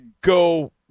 go